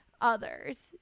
others